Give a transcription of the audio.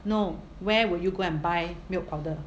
no where will you go and buy milk powder